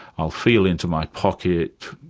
i'll feel into my pocket,